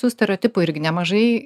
tų stereotipų irgi nemažai